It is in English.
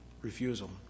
refusal